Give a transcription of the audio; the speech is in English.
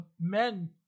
men